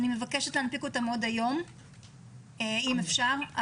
אני מבקשת להנפיק אותם עוד היום אם אפשר.